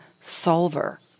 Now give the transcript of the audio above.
solver